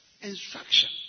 instruction